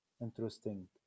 Interesting